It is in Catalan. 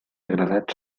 agradat